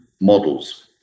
models